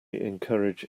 encourage